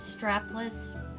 strapless